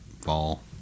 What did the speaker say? fall